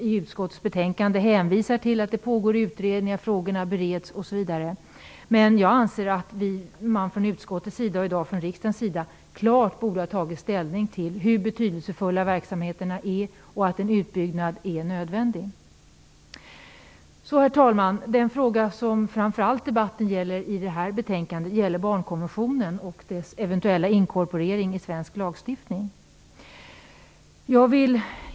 I utskottets betänkande hänvisar man till att det pågår utredningar, att frågorna bereds osv. Jag anser dock att man från utskottets sida, och i dag från riksdagens sida, klart borde ha tagit ställning till hur betydelsefulla verksamheterna är och till att en utbyggnad är nödvändig. Herr talman! Den frågan som debatten om det här betänkandet framför allt gäller är barnkonventionen och dess eventuella inkorporering i svensk lagstiftning.